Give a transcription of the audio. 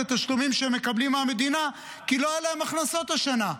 התשלומים שהם מקבלים מהמדינה כי לא היו להם הכנסות השנה.